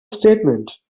statement